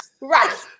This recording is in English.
Right